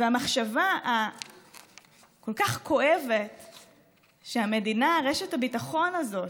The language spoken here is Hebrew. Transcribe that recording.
והמחשבה הכל-כך כואבת שהמדינה, רשת הביטחון הזאת,